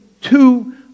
two